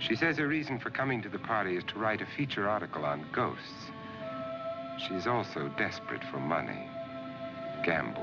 she said the reason for coming to the party is to write a feature article on ghost she's also desperate for money cam